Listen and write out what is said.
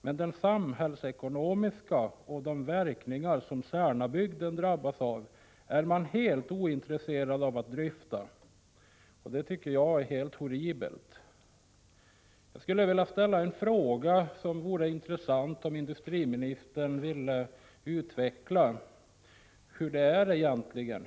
Men den samhällsekonomiska följden och de verkningar som Särnabygden drabbas av är man helt ointresserad av att dryfta. Det tycker jag är horribelt. Jag skulle vilja ställa en fråga, och det vore intressant om industriministern ville utveckla frågeställningen.